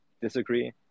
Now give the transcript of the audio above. disagree